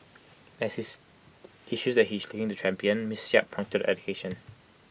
as is issues that she is looking to champion miss yap pointed to education